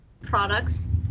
products